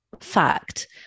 fact